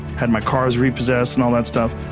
had my cars repossessed and all that stuff.